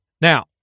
Now